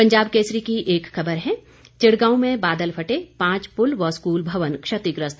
पंजाब केसरी की एक खबर है चिड़गांव में बादल फटे पांच पुल व स्कूल भवन क्षतिग्रस्त